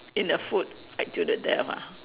in a food fight to the death ah